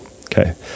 Okay